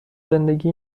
زندگی